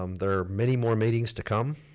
um there are many more meetings to come.